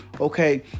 okay